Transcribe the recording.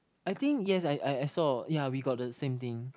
I think yes I I I saw yeah we got the same thing